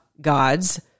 gods